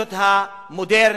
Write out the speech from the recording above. לאנטישמיות המודרנית,